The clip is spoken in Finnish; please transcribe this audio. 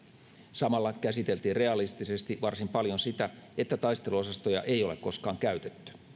samalla käsiteltiin realistisesti varsin paljon sitä että taisteluosastoja ei ole koskaan käytetty